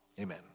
amen